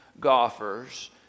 golfers